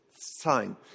sign